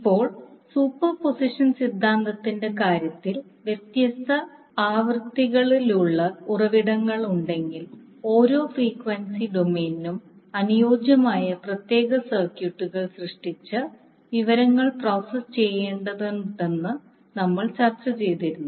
ഇപ്പോൾ സൂപ്പർപോസിഷൻ സിദ്ധാന്തത്തിന്റെ കാര്യത്തിൽ വ്യത്യസ്ത ആവൃത്തികളുള്ള ഉറവിടങ്ങളുണ്ടെങ്കിൽ ഓരോ ഫ്രീക്വൻസി ഡൊമെയ്നിനും അനുയോജ്യമായ പ്രത്യേക സർക്യൂട്ടുകൾ സൃഷ്ടിച്ച് വിവരങ്ങൾ പ്രോസസ്സ് ചെയ്യേണ്ടതുണ്ടെന്ന് നമ്മൾ ചർച്ച ചെയ്തിരുന്നു